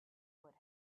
would